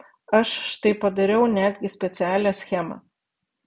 aš štai padariau netgi specialią schemą